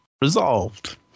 resolved